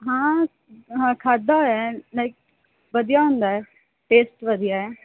ਹਾਂ ਹਾਂ ਖਾਦਾ ਹੋਇਆ ਹੈ ਲਾਈਕ ਵਧੀਆ ਹੁੰਦਾ ਹੈ ਟੇਸਟ ਵਧੀਆ ਹੈ